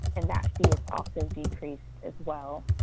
and that fee is also decreased as well.